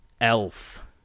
Elf